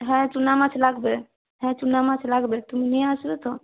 হ্যাঁ চুনা মাছ লাগবে হ্যাঁ চুনা মাছ লাগবে তুমি নিয়ে আসবে তো